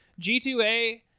G2A